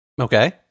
Okay